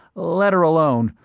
let her alone,